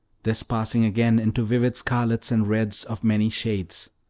this passing again into vivid scarlet and reds of many shades.